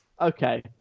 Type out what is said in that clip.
okay